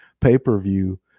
pay-per-view